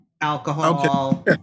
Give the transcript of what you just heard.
alcohol